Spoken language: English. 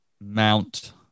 Mount